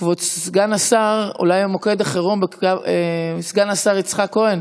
כבוד סגן השר יצחק כהן,